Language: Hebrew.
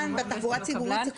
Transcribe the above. אבל הוא לא קבלן.